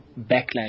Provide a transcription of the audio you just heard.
backlash